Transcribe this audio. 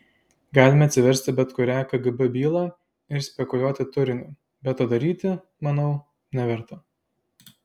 galime atsiversti bet kurią kgb bylą ir spekuliuoti turiniu bet to daryti manau neverta